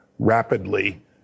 rapidly